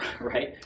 right